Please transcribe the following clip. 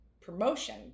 promotion